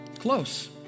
Close